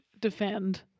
defend